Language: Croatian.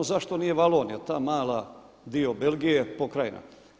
Zašto nije Valonija, taj mali dio Belgije, pokrajina?